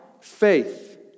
faith